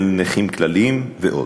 של נכים כלליים ועוד.